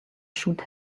shoot